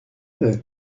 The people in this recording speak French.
veux